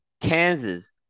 Kansas